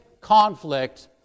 conflict